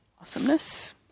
Awesomeness